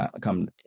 come